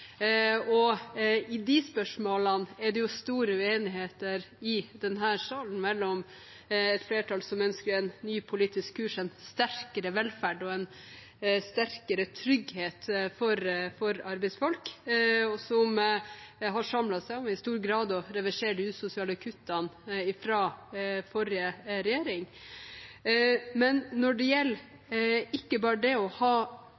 I de spørsmålene er det stor uenighet i denne salen, der et flertall ønsker en ny politisk kurs for en sterkere velferd og en sterkere trygghet for arbeidsfolk, og har samlet seg om i stor grad å reversere de usosiale kuttene fra forrige regjering. Men når det gjelder det med ikke bare å ha